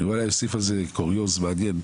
אני אוסיף על זה קוריוז מעניין: